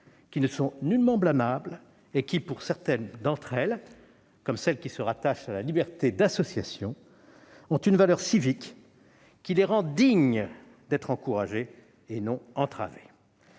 qui ne sont nullement blâmables et qui, pour certaines d'entre elles, comme celles qui se rattachent à la liberté d'association, ont une valeur civique qui les rend dignes d'être encouragées et non entravées.